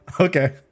Okay